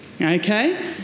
Okay